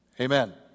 amen